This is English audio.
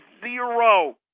zero